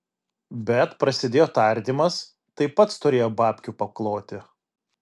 bet prasidėjo tardymas tai pats turėjo babkių pakloti